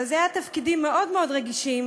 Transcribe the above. אבל אלו היו תפקידים מאוד מאוד רגישים